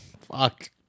Fuck